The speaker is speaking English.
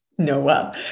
Noah